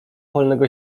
polnego